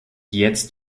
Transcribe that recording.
jetzt